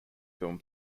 film